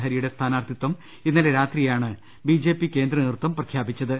ഹരിയുടെ സ്ഥാനാർത്ഥിത്വം ഇന്നലെ രാത്രിയാണ് ബിജെപി കേന്ദ്ര നേതൃത്വം പ്രഖ്യാപിച്ചത്